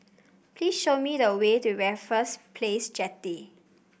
please show me the way to Raffles Place Jetty